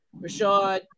Rashad